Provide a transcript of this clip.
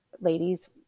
ladies